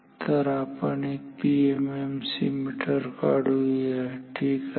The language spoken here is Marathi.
तर आपण एक पीएमएमसी मीटर काढूया ठीक आहे